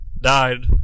died